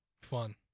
Fun